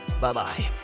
Bye-bye